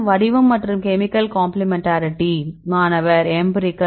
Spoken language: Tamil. வடிவம் மற்றும் கெமிக்கல் காம்ப்ளிமென்டாரிட்டி மாணவர் எம்பிரிகல்